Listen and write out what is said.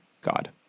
God